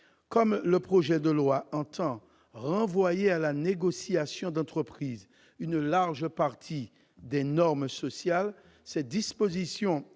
Comme le projet de loi entend renvoyer à la négociation d'entreprise une large partie des normes sociales, ces dispositions